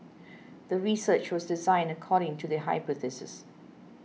the research was designed according to the hypothesis